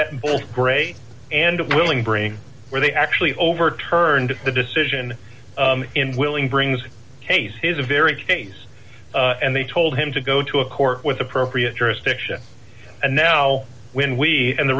in both gray and willing bring where they actually overturned the decision in willing brings case is a very case and they told him to go to a court with appropriate jurisdiction and now when we and the